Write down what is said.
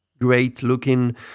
great-looking